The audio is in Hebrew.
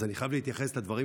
אז אני חייב להתייחס לדברים,